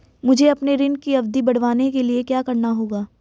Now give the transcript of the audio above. मुझे अपने ऋण की अवधि बढ़वाने के लिए क्या करना होगा?